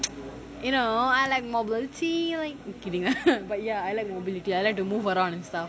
you know I like mobility like just kidding lah but ya I like mobility I like to move around and stuff